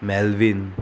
Melvin